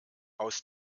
aus